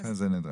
לכן זה נדרש.